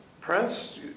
press